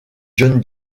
john